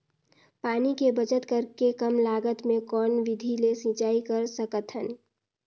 पानी के बचत करेके कम लागत मे कौन विधि ले सिंचाई कर सकत हन?